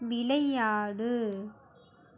விளையாடு